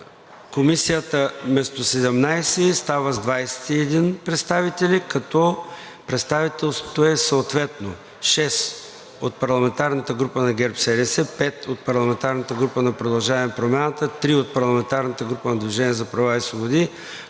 Комисията става с 21 представители, като представителството е съответно: 6 от парламентарната група на ГЕРБ-СДС, 5 от парламентарната група на „Продължаваме Промяната“, 3 от парламентарната група на „Движение за права и свободи“,